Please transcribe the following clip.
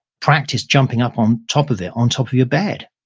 practice jumping up on top of it on top of your bed.